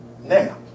Now